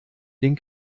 den